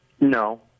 No